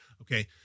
Okay